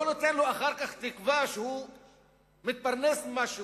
אם אתה לא נותן לו אחר כך תקווה שהוא מתפרנס ממשהו,